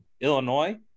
Illinois